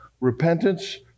Repentance